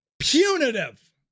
punitive